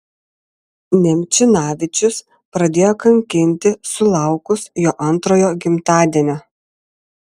nemčinavičius pradėjo kankinti sulaukus jo antrojo gimtadienio